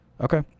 Okay